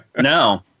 no